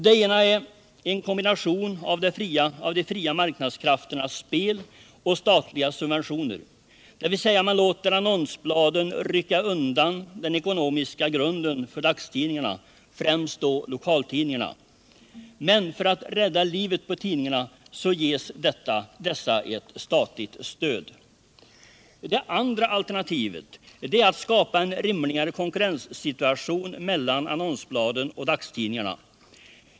Det ena är en kombination av de fria marknadskrafternas spel och statliga subventioner, dvs. man låter annonsbladen rycka undan den ekonomiska grunden för dagstidningarna, främst då lokaltidningarna. Men för att rädda livet på tidningarna ges dessa statligt stöd. Det andra alternativet är att skapa en rimligare konkurrenssituation mellan annonsbladen och dagstidningarna.